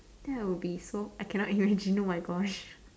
that will be so I cannot imagine oh my gosh